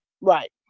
Right